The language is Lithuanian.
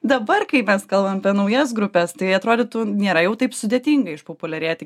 dabar kai mes kalbam apie naujas grupes tai atrodytų nėra jau taip sudėtinga išpopuliarėti